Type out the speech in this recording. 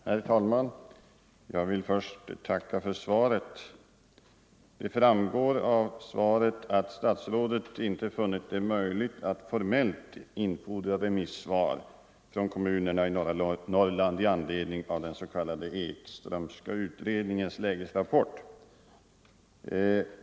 Herr talman! Jag vill först tacka för svaret. Som framgår av svaret har statsrådet inte funnit det möjligt att formellt från kommunerna i norra Norrland infordra remissvar i anledning av den s.k. Ekströmska utredningens lägesrapport.